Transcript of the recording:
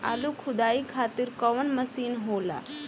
आलू खुदाई खातिर कवन मशीन होला?